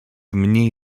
mniej